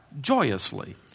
joyously